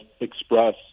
express